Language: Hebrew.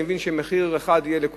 אני מבין שיהיה תחשיב אחד לכולם,